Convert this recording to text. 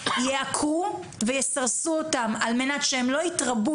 יעקרו ויסרסו אותם על מנת שהם לא יתרבו